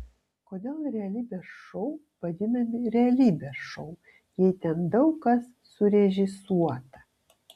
kodėl realybės šou vadinami realybės šou jei ten daug kas surežisuota